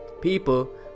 People